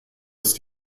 ist